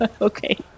Okay